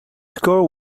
score